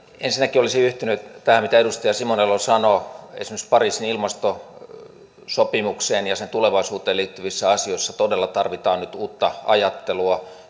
ensinnäkin olisin yhtynyt tähän mitä edustaja simon elo sanoo esimerkiksi pariisin ilmastosopimukseen ja sen tulevaisuuteen liittyvissä asioissa todella tarvitaan nyt uutta ajattelua